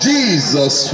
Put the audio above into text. Jesus